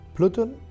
Pluto